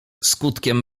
skutkiem